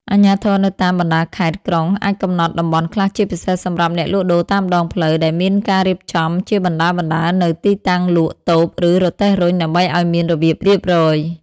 អាជ្ញាធរនៅតាមបណ្តាខេត្ត ក្រុង អាចកំណត់តំបន់ខ្លះជាពិសេសសម្រាប់អ្នកលក់ដូរតាមដងផ្លូវ ដែលមានការរៀបចំជាបណ្តើរៗនូវទីតាំងលក់ តូប ឬរទេះរុញ ដើម្បីឱ្យមានរបៀបរៀបរយ ។